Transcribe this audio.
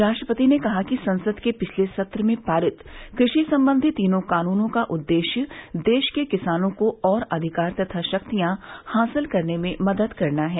राष्ट्रपति ने कहा कि संसद के पिछले सत्र में पारित कृषि संबंधी तीनों कानूनों का उद्देश्य देश के किसानों को और अधिकार तथा शक्तियां हासिल करने में मदद करना है